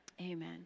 Amen